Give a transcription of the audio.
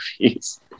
movies